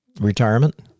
retirement